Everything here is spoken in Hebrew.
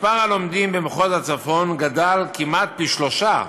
מספר הלומדים במחוז הצפון גדל כמעט פי-שלושה